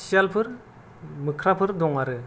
सियालफोर मोख्राफोर दं आरो